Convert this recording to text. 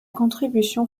contribution